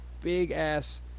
big-ass